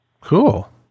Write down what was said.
Cool